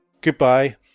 Goodbye